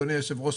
אדוני היושב ראש,